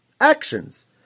actions